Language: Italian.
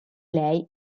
lei